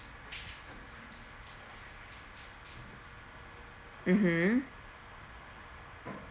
mmhmm